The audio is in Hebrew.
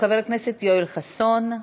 חבר הכנסת יואל חסון.